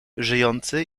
żyjący